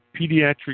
pediatric